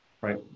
right